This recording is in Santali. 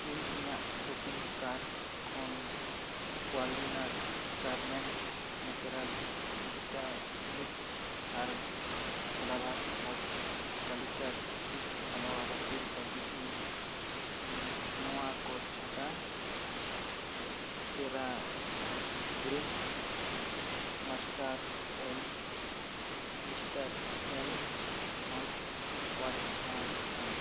ᱤᱧ ᱤᱧᱟᱜ ᱥᱚᱯᱤᱝ ᱠᱟᱨᱰ ᱠᱷᱚᱱ ᱠᱳᱣᱟᱞᱤᱱᱟᱴ ᱜᱟᱨᱢᱮᱱᱴ ᱱᱮᱪᱟᱨᱟᱞ ᱵᱷᱤᱴᱟ ᱢᱤᱠᱥ ᱟᱨ ᱯᱷᱮᱞᱮᱵᱷᱟᱨᱥ ᱚᱯᱷ ᱠᱟᱞᱤᱠᱟᱴ ᱯᱷᱤᱜᱽ ᱦᱟᱞᱣᱟ ᱵᱟᱹᱛᱤᱞ ᱞᱟᱹᱜᱤᱫ ᱤᱧ ᱱᱚᱣᱟ ᱠᱚ ᱪᱷᱟᱰᱟ ᱛᱮᱨᱟ greens mustard oil Listerine mouthwash ᱦᱚᱸ ᱢᱮᱴᱟᱣ ᱢᱮ